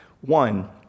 One